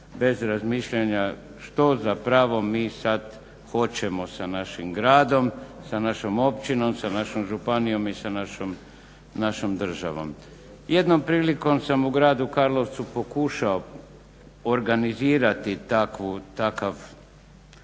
bez razmišljanja što zapravo mi sada hoćemo sa našim gradom, sa našom općinom, sa našom županijom i sa našom državom. Jednom prilikom sam u gradu Karlovcu pokušao organizirati takav